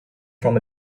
from